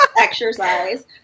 exercise